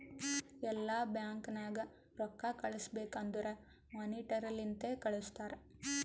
ಎಲ್ಲಾ ಬ್ಯಾಂಕ್ ನಾಗ್ ರೊಕ್ಕಾ ಕಳುಸ್ಬೇಕ್ ಅಂದುರ್ ಮೋನಿಟರಿ ಲಿಂತೆ ಕಳ್ಸುತಾರ್